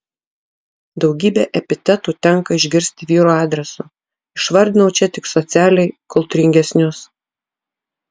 daugybę epitetų tenka išgirsti vyrų adresu išvardinau čia tik socialiai kultūringesnius